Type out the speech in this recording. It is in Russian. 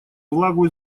влагу